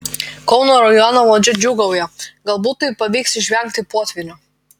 kauno rajono valdžia džiūgauja galbūt taip pavyks išvengti potvynio